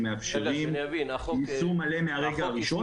שהם מאפשרים יישום מלא מהרגע הראשון.